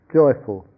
joyful